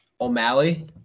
O'Malley